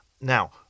Now